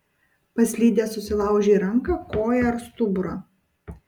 paslydęs susilaužei ranką koją ar stuburą